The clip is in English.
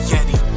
Yeti